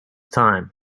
time